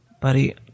Buddy